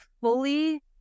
fully